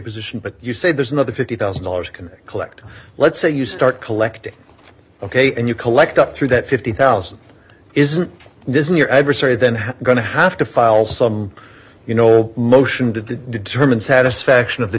position but you say there's another fifty thousand dollars can collect let's say you start collecting ok and you collect up to that fifty thousand isn't disney your adversary then going to have to file some you know motion to determine satisfaction of the